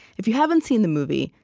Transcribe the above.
if you haven't seen the movie,